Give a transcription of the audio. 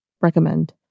Recommend